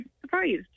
surprised